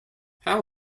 how